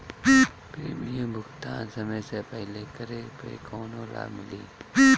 Premium भुगतान समय से पहिले करे पर कौनो लाभ मिली?